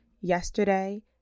yesterday